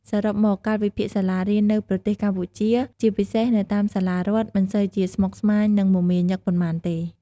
សរុបមក កាលវិភាគសាសារៀននៅប្រទេសកម្ពុជាជាពិសេសនៅតាមសាលារដ្ឋមិនសូវជាស្មុគស្មាញ និងមាមាញឹកប៉ុន្មានទេ។